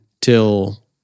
till